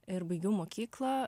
ir baigiau mokyklą